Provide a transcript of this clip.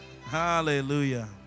Hallelujah